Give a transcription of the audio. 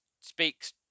speaks